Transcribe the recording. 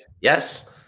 Yes